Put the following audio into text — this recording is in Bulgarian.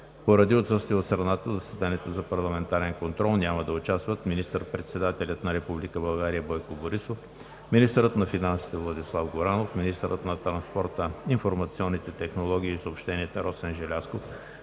Поради отсъствие от страната в заседанието за парламентарен контрол няма да участват министър-председателят на Република България Бойко Борисов, министърът на финансите Владислав Горанов, министърът на транспорта, информационните технологии и съобщенията Росен Желязков,